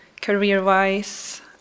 career-wise